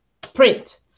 print